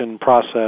process